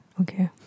Okay